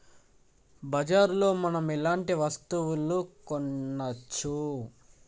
బజార్ లో మనం ఎలాంటి వస్తువులు కొనచ్చు?